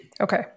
okay